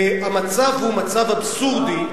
והמצב הוא מצב אבסורדי.